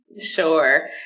Sure